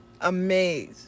amazed